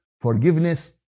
forgiveness